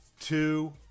two